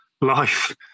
life